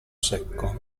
secco